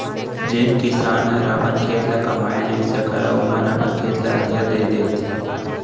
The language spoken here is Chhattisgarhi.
जेन किसान हर अपन खेत ल कमाए नइ सकय ओमन अपन खेत ल अधिया दे देथे